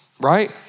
Right